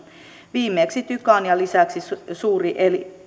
viimeksi tyka ja lisäksi suuri